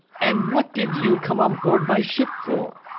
and what did you come on board my ship for?